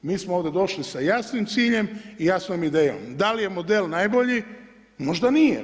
Mi smo ovdje došli sa jasnim ciljem i jasnom idejom, da li je model najbolji, možda nije.